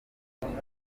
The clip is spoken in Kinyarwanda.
imyuka